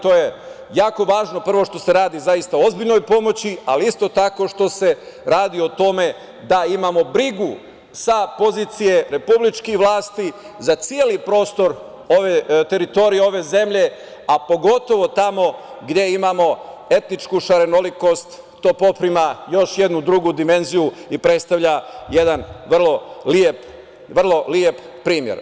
To je jako važno, prvo zato što se radi o zaista ozbiljnoj pomoći, ali isto tako i što se radi o tome da imamo brigu sa pozicije republičkih vlasti da celi prostor teritorije ove zemlje, a pogotovo tamo gde imamo etičku šarenolikost, to poprima još jednu drugu dimenziju i predstavlja jedan vrlo lep primer.